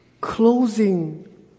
closing